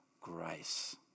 grace